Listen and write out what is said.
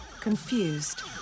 confused